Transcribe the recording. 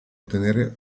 ottenere